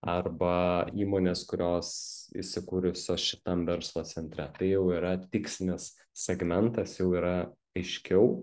arba įmonės kurios įsikūriusios šitam verslo centre tai jau yra tikslinis segmentas jau yra aiškiau